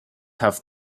have